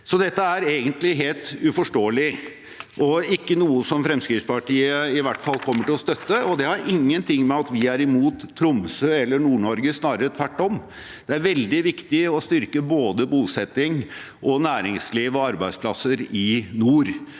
Dette er egentlig helt uforståelig og i hvert fall ikke noe Fremskrittspartiet kommer til å støtte. Det har ingenting å gjøre med å være imot Tromsø eller Nord-Norge. Snarere tvert om – det er veldig viktig å styrke både bosetting, næringsliv og arbeidsplasser i nord,